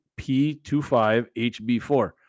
P25HB4